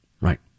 Right